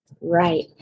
right